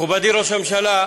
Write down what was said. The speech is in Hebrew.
מכובדי ראש הממשלה,